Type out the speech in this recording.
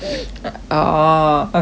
orh okay okay